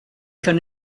can